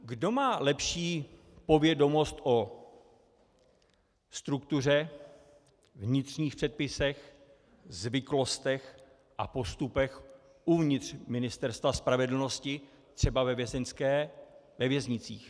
Kdo má lepší povědomost o struktuře, vnitřních předpisech, zvyklostech a postupech uvnitř Ministerstva spravedlnosti, třeba ve věznicích?